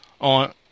on